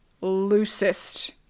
loosest